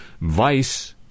Vice